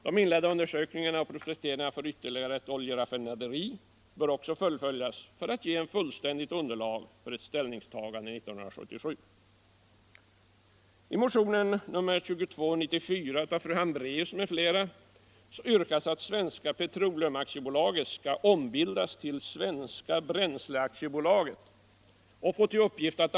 De inledda undersökningarna och prospekteringarna för ytterligare ett oljeraffinaderi bör också fullföljas för att ge ett fullständigt underlag för ett ställningstagande 1977.